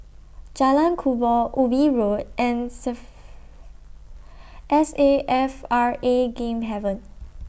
Jalan Kubor Ubi Road and S A F R A Game Haven